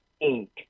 ink